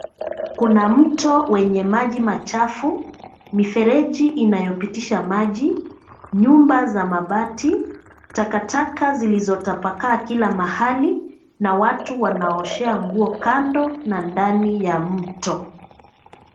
Kuna mto wenye maji machafu, mifereji inayopitisha maji, nyumba za mabati, takataka zilizotapakaa kila mahali na watu wanaoshea nguo kando na ndani ya mto.